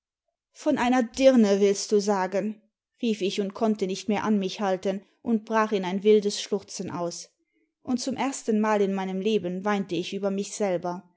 von einer dirne willst du sagen rief ich und konnte nicht mehr an mich halten und brach in ein wildes schluchzen aus und zimi erstenmal in meinem leben weinte ich über mich selber